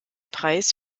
preis